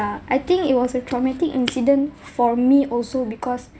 I think it was a traumatic incident for me also because